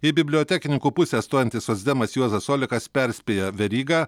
į bibliotekininkų pusę stojantis socdemas juozas olekas perspėja verygą